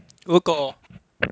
如果